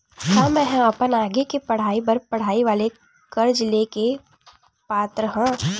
का मेंहा अपन आगे के पढई बर पढई वाले कर्जा ले के पात्र हव?